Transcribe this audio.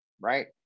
right